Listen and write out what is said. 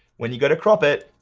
when you go to crop it,